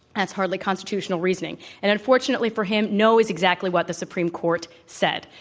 that's hardly constitutional reasoning. and unfortunately for him, no is exactly what the supreme court said.